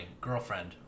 girlfriend